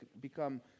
become